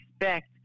respect